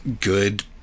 Good